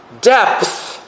depth